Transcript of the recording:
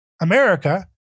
America